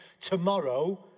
tomorrow